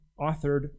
authored